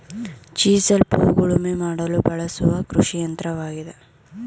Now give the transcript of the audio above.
chisel plough ಉಳುಮೆ ಮಾಡಲು ಬಳಸುವ ಕೃಷಿಯಂತ್ರವಾಗಿದೆ